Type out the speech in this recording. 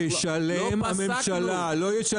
לא פסקנו.